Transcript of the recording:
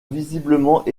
visiblement